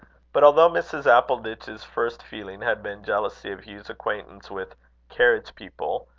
but although mrs. appleditch's first feeling had been jealousy of hugh's acquaintance with carriage-people,